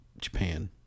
Japan